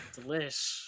delish